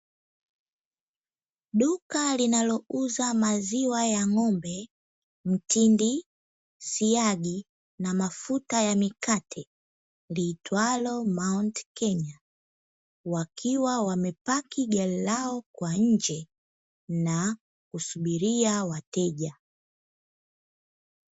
Duka linalouza maziwa ya ng'ombe, mtindi, siagi na mafuta ya mikate, liitwalo Mountain kenya, wakiwa wamepaki gari lao kwa nje, na kusubiria wateja.